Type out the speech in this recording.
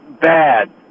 bad